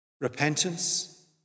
Repentance